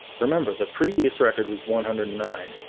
remember, the previous record was one hundred and nine,